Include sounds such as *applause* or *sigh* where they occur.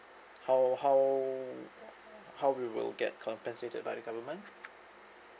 how how *noise* how we will get compensated by the government